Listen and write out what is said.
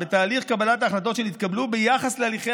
בתהליך קבלת ההחלטות שנתקבלו ביחס להליכי